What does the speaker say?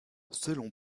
selon